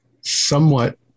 somewhat